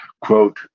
quote